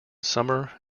summer